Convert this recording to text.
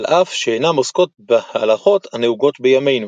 על אף שאינן עוסקות בהלכות הנהוגות בימינו.